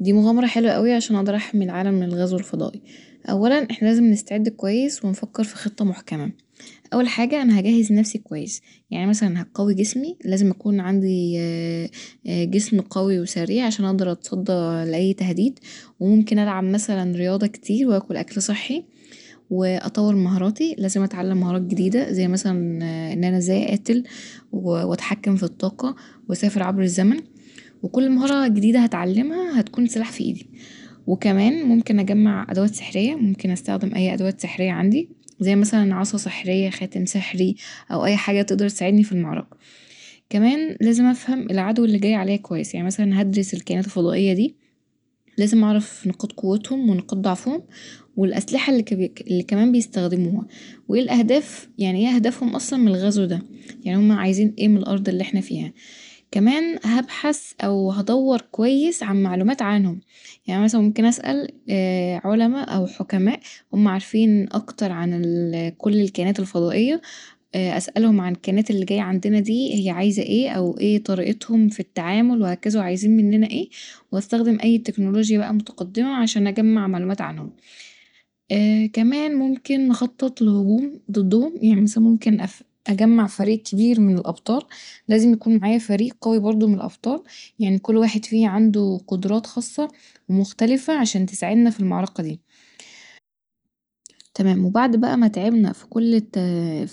دي مغامره حلوه اوي عشان اقدر احمي العالم من الغزو الفضائي اولا احنا لازم نستعد كويس ونفكر في خطة محكمه، اول حاجه انا هجهز نفسي كويس، يعني مثلا هقوي جسمي لازم اكون عندي جسم قوي وسريع عشان اقدر اتصدي لأي تهديد وممكن ألعب مثلا رياضه كتير واكل اكل صحي واطور من مهاراتي لازم اتعلم مهارات جديده زي مثلا ان انا ازاي اقاتل واتحكم في الطاقه واسافر عبر الزمن وكل مهاره جديده هتعلمها هتكون سلاح في ايدي وكمان ممكن اجمع ادوات سحريه ممكن استخدم اي ادوات سحريه عندي زي مثلا عصا سحرية خاتم سحري او اي حاجه تقدر تساعدني في المعركه كمان لازم افهم العدو اللي جاي عليا كويس يعني مثلا هدرس الكائنات الفضائيه دي لازم اعرف نقاط قوتهم ونقاط ضعفهم والأسلحة اللي كمان بيستخدموها وايه الاهداف يعني ايه اهدافهم اصلا من الغزو ده، يعني هما عايزين ايه من الارض اللي احنا فيها كمان هبحث او ادور كويس عن معلومات عنهم، يعني مثلا ممكن اسأل علما او حكماء هما عارفين اكتر عن كل الكائنات الفضائيه أسألهم عن الكائنات اللي جايه عندنا دي هيا عايزه ايه او ايه طريقتهم في التعامل وهكذا وعايزين مننا ايه واستخدم اي تكمولوجيا بقي متقدمه عشان اجمع معلومات عنهم كمان ممكن نخطط لهجوم ضدهم يعني مثلا ممكن اجمع فريق كبير من الأبطال لازم يكون معايا فريق قوي برضو من الابطال يعني كل واحد فيه عنده قدرات خاصة مختلفه عشان تساعدنا في المعركه دي تمام وبعد بقي ما تعبنا في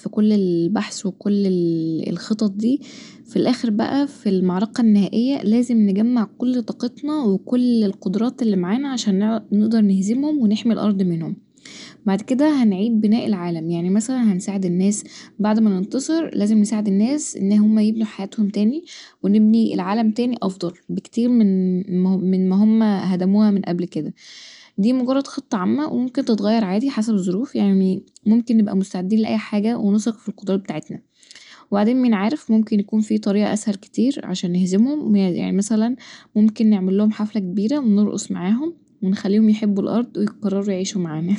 كل البحث و كل الخطط دي في الاخر بقي في المعركه النهائيه لازم نجمع كل طاقتنا وكل القدرات اللي معانا عشان نقدر نهزمهم ونقدر نحمي الارض منهم وبعد كدا هنعيد بناء العالم يعني مثلا هنساعد الناس بعد ما ننتصر لازم نساعد الناس ان هما يبنوا حياتهم تاني ونبني عالم تاني افضل بكتير من ماهما هدموها قبل كدا دي مجرد خذة عامة وممكن تتغير عادي حسب الظروف يعني ممكن نبقي مستعدين لأي حاجه ونثق في القدره بتاعتنا وبعدين مين عارف ممكن يكون فيه طريقه اسهل كتير عشان نهزمهم يعني ممكن نعملهم حفله كبيره ونرقص معاهم ونخليهم يحبوا الارض ويقرروا يعيشوا معانا